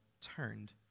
turned